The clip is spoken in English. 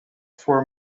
four